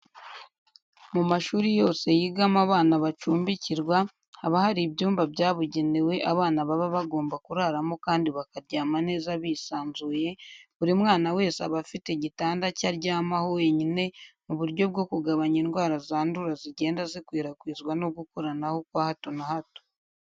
Mu mashuri yose yigamo abana bacumbikirwa haba hari ibyumba byabugenewe abana baba bagomba kuraramo kandi bakaryama neza bisanzuye, buri mwana wese aba afite igitanda cye aryamaho wenyine mu buryo bwo kugabanya indwara zandura zigenda zikwirakwizwa no gukoranaho kwa hato na hato.